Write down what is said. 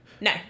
No